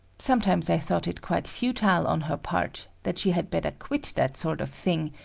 sometimes i thought it quite futile on her part, that she had better quit that sort of thing,